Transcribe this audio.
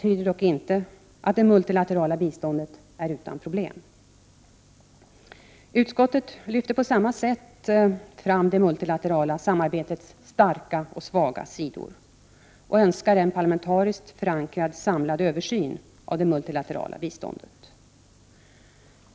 1988/89:99 multilaterala biståndet är utan problem. 19 april 1989 Utskottet lyfter på samma sätt fram det multilaterala samarbetets starka och svaga sidor och önskar en parlamentariskt förankrad samlad översyn av | det multilaterala biståndet.